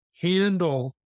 handle